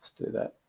do that